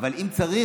אבל אם צריך.